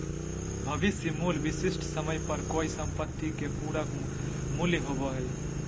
भविष्य मूल्य विशिष्ट समय पर कोय सम्पत्ति के पूरक मूल्य होबो हय